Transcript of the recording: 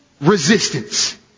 Resistance